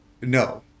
No